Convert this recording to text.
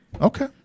Okay